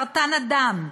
סרטן הדם,